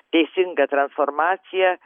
teisinga transformacija